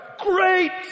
Great